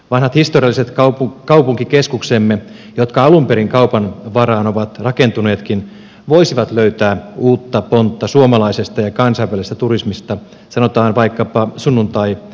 vanhat historialliset kaupunkikeskuksemme jotka alun perin kaupan varaan ovat rakentuneetkin voisivat löytää uutta pontta suomalaisesta ja kansainvälisestä turismista sanotaan vaikkapa sunnuntaiajelijoista